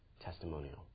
testimonial